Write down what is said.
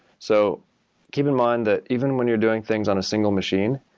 so keep in mind that even when you're doing things on a single machine,